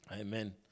Amen